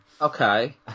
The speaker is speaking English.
Okay